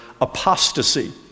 apostasy